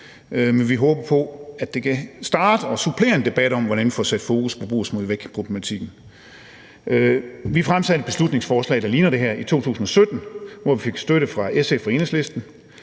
men vi håber på, at det kan starte og supplere en debat om, hvordan vi får sat fokus på brug og smid væk-problematikken. Vi fremsatte et beslutningsforslag, der ligner det her, i 2017, hvor vi fik støtte fra SF og Enhedslisten.